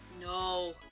no